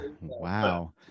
wow